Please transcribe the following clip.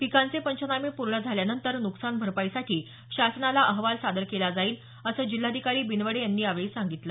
पिकांचे पंचनामे पूर्ण झाल्यानंतर नुकसान भरपाईसाठी शासनाला अहवाल सादर केला जाईल असं जिल्हाधिकारी बिनवडे यांनी यावेळी सांगितलं